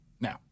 now